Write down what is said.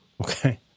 okay